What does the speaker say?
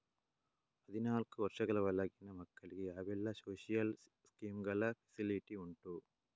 ಹದಿನಾಲ್ಕು ವರ್ಷದ ಒಳಗಿನ ಮಕ್ಕಳಿಗೆ ಯಾವೆಲ್ಲ ಸೋಶಿಯಲ್ ಸ್ಕೀಂಗಳ ಫೆಸಿಲಿಟಿ ಉಂಟು?